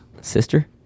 Sister